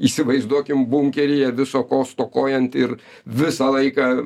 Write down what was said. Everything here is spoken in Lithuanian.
įsivaizduokim bunkeryje viso ko stokojant ir visą laiką